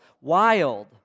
wild